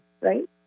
right